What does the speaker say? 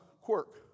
Quirk